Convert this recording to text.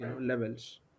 levels